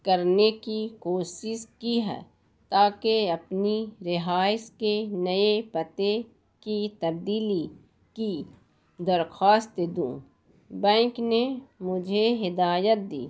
کرنے کی کوشش کی ہے تاکہ اپنی رہائش کے نئے پتے کی تبدیلی کی درخواست دوں بینک نے مجھے ہدایت دی